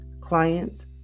clients